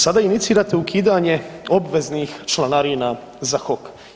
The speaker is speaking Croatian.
Sada inicirate ukidanje obveznih članarina za HOK.